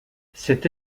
cette